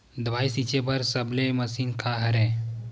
दवाई छिंचे बर सबले मशीन का हरे?